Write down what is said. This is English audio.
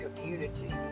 community